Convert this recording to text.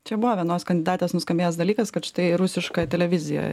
čia buvo vienos kandidatės nuskambėjęs dalykas kad štai rusišką televiziją